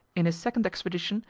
in his second expedition,